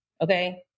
Okay